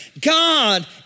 God